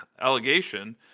allegation